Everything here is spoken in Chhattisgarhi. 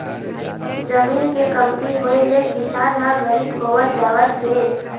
जमीन के कमती होए ले किसान ह गरीब होवत जावत हे